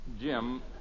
Jim